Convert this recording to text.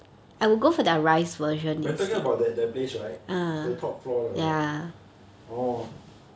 you are talking about that place right the top floor that one orh